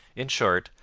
in short,